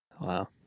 wow